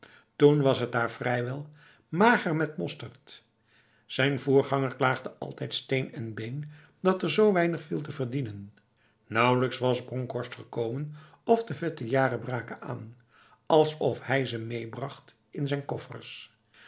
hoofdplaatstoen was het daar vrijwel mager met mosterd zijn voorganger klaagde altijd steen en been dat er zo weinig viel te verdienen nauwelijks was bronkhorst gekomen of de vette jaren braken aan alsof hij ze meebracht in zijn koffers